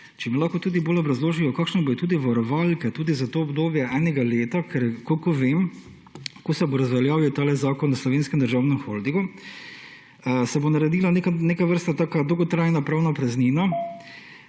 če mi lahko tudi bolj obrazložijo kakšne bodo varovalke, tudi za to obdobje enega leta. Ker kolikor vem, ko se bo razveljavil tale zakon o Slovenskem državnem holdingu, se bo naredila neke vrste taka dolgotrajna pravna praznina